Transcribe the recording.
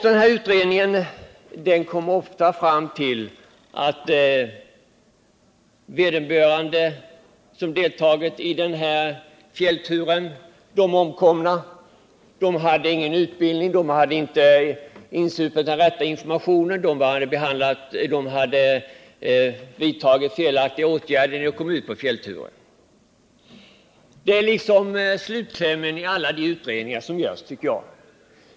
Denna utredning kommer ofta fram till slutsatsen att de omkomna inte hade någon utbildning, att de inte hade fått den rätta informationen, att de hade vidtagit felaktiga åtgärder. Detta är ofta slutklämmen i de utredningar som görs.